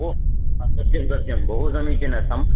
भो सत्यं सत्यं बहु समीचीनं सम्यक्